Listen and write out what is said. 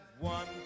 one